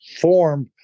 form